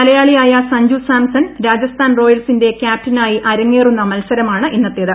മലയാളിയായ സഞ്ജു സാംസൺ രാജസ്ഥാൻ റോയൽസിന്റെ ക്യാപ്റ്റനായി അരങ്ങേറുന്ന മത്സരമാണ് ഇന്നത്തേത്